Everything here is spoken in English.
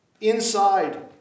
inside